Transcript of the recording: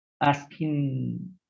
asking